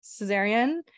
cesarean